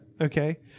okay